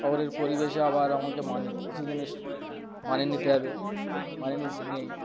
শহরের পরিবেশে আবার আমাকে মানে কিছুদিনের মানে নিতে হবে মানে নিতে নেই